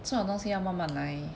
这种东西要慢慢来